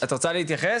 את רוצה להתייחס?